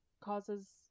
causes